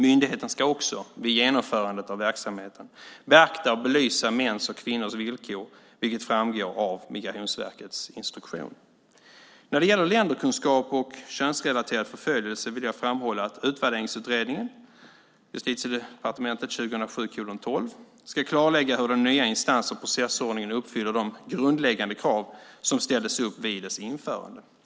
Myndigheten ska också vid genomförandet av verksamheten beakta och belysa mäns och kvinnors villkor, vilket framgår av Migrationsverkets instruktion. När det gäller länderkunskap och könsrelaterad förföljelse vill jag framhålla att Utvärderingsutredningen ska klarlägga hur den nya instans och processordningen uppfyller de grundläggande krav som ställdes upp vid dess införande.